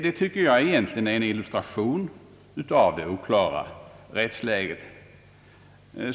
Detta är en illustration till det oklara rättsläget.